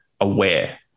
aware